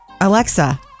Alexa